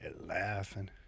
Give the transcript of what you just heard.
laughing